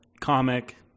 comic